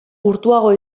urtuago